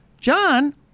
John